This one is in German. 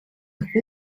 druck